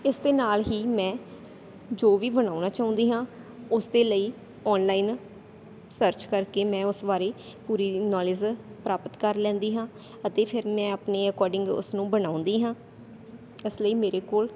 ਇਸ ਦੇ ਨਾਲ ਹੀ ਮੈਂ ਜੋ ਵੀ ਬਣਾਉਣਾ ਚਾਹੁੰਦੀ ਹਾਂ ਉਸ ਦੇ ਲਈ ਆਨਲਾਈਨ ਸਰਚ ਕਰਕੇ ਮੈਂ ਉਸ ਬਾਰੇ ਪੂਰੀ ਨੌਲੇਜ ਪ੍ਰਾਪਤ ਕਰ ਲੈਂਦੀ ਹਾਂ ਅਤੇ ਫਿਰ ਮੈਂ ਆਪਣੇ ਅਕੋਰਡਿੰਗ ਉਸ ਨੂੰ ਬਣਾਉਂਦੀ ਹਾਂ ਇਸ ਲਈ ਮੇਰੇ ਕੋਲ